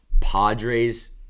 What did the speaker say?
Padres